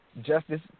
Justice